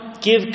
give